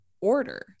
order